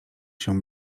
się